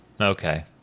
Okay